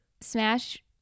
Smash